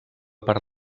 per